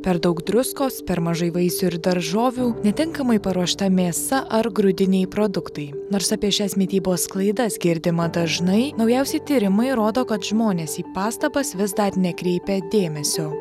per daug druskos per mažai vaisių ir daržovių netinkamai paruošta mėsa ar grūdiniai produktai nors apie šias mitybos klaidas girdima dažnai naujausi tyrimai rodo kad žmonės į pastabas vis dar nekreipia dėmesio